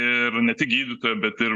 ir ne tik gydytoją bet ir